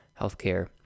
healthcare